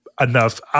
enough